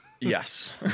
Yes